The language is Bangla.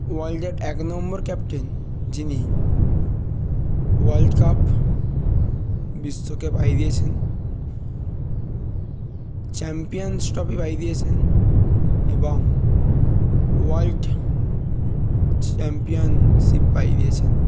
ওয়ার্ল্ডের এক নম্বর ক্যাপ্টেন যিনি ওয়ার্ল্ড কাপ বিশ্বকে পাইয়ে দিয়েছেন চ্যাম্পিয়ন্স ট্রফি পাইয়ে দিয়েছেন এবং ওয়ার্ল্ড চ্যাম্পিয়নশিপ পাইয়ে দিয়েছেন